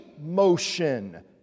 motion